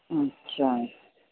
अच्छा